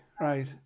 right